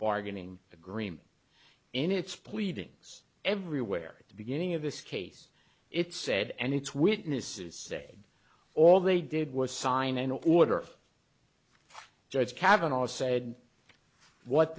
bargaining agreement in its pleadings everywhere at the beginning of this case it said and it's witnesses say all they did was sign an order judge kavanaugh said what